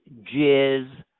Jizz